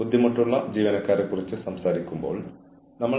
അതാണ് ഓർഗനൈസേഷനിലെ അച്ചടക്കത്തിന്റെ പ്രശ്നം